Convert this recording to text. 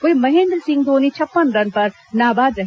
वहीं महेन्द्र सिंह धोनी छप्पन रन पर नाबाद रहे